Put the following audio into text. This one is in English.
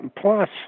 Plus